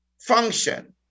function